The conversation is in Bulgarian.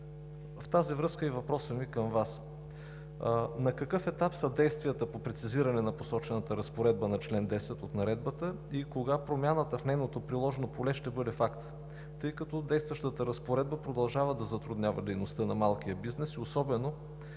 В тази връзка е въпросът ми към Вас: на какъв етап са действията по прецизиране на посочената разпоредба на чл. 10 от Наредбата? Кога промяната в нейното приложно поле ще бъде факт? Тъй като действащата разпоредба продължава да затруднява дейността на малкия бизнес, особено